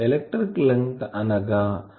electrical length అనగా length by lambda not